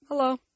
Hello